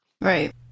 Right